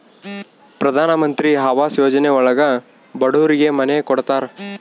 ಪ್ರಧನಮಂತ್ರಿ ಆವಾಸ್ ಯೋಜನೆ ಒಳಗ ಬಡೂರಿಗೆ ಮನೆ ಕೊಡ್ತಾರ